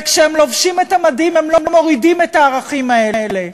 וכשהם לובשים את המדים הם לא מורידים את הערכים האלה.